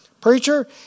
Preacher